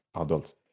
adults